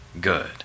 good